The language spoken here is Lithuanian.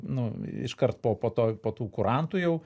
nu iškart po po to po tų kurantų jau